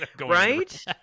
Right